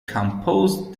composed